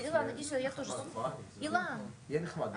אל תתעלם מזה.